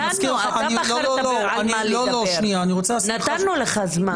נתנו, אתה בחרת על מה לדבר, נתנו לך זמן.